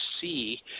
see